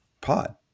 pod